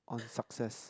on success